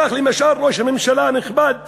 כך, למשל, ראש הממשלה הנכבד אומר,